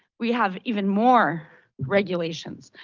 we have even more regulations.